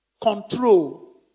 Control